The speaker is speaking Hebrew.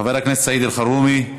חבר הכנסת סעיד אלחרומי,